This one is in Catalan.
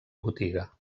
botiga